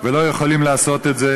ולא יכולים לעשות את זה,